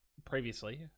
Previously